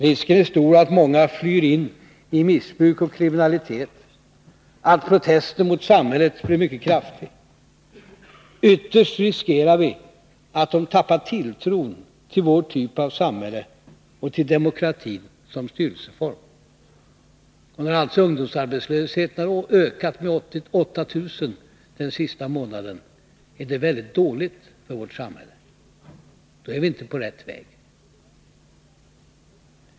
Risken är stor att många flyr in i missbruk och kriminalitet, att protesten mot samhället blir mycket kraftig. Ytterst riskerar vi att de tappar tilltron till vår typ av samhälle och till demokratin som styrelseform. När ungdomsarbetslösheten ökat med 8 000 den senaste månaden, är det väldigt dåligt för vårt samhälle. Då är vi inte på rätt väg.